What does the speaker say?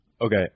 Okay